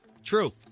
True